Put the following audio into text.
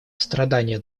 страдания